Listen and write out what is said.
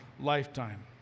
lifetime